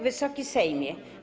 Wysoki Sejmie!